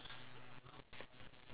iya